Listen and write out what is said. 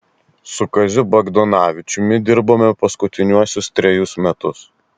su kaziu bagdonavičiumi dirbome paskutiniuosius trejus metus